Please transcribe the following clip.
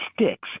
sticks